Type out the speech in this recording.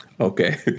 Okay